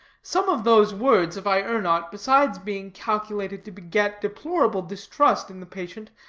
some of those words, if i err not, besides being calculated to beget deplorable distrust in the patient,